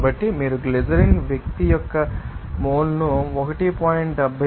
కాబట్టి మీరు గ్లిజరిన్ వ్యక్తి యొక్క ఈ మోల్ను 1